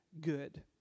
good